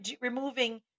removing